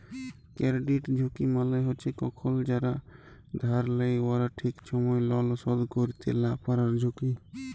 credit ঝুঁকি মালে হছে কখল যারা ধার লেয় উয়ারা ঠিক ছময় লল শধ ক্যইরতে লা পারার ঝুঁকি